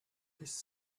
his